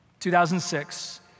2006